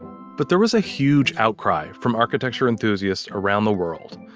but there was a huge outcry from architecture enthusiasts around the world.